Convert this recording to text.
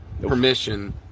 permission